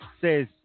says